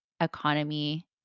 economy